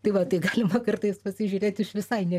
tai va tai galima kartais pasižiūrėt iš visai